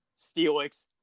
Steelix